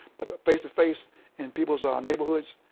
but face-to-face and people's ah neighborhoods,